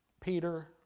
Peter